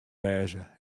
wêze